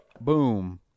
boom